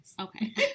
Okay